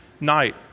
night